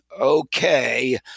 Okay